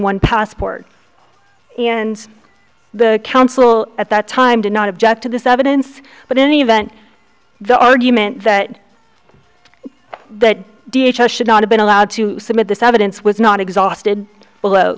one passport and the council at that time did not object to this evidence but in any event the argument that that d h l should not have been allowed to submit this evidence was not exhausted